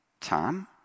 Tom